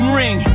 ring